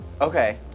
Okay